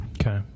Okay